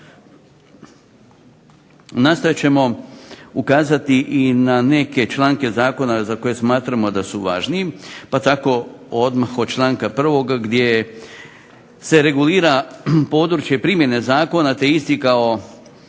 Nastojat ćemo ukazati i na neke članke zakona za koje smatramo da su važni pa tako odmah od članka 1. gdje se regulira područje primjene zakona te isti kao